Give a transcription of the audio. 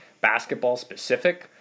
basketball-specific